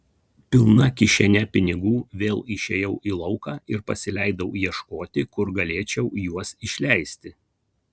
pilna kišene pinigų vėl išėjau į lauką ir pasileidau ieškoti kur galėčiau juos išleisti